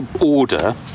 order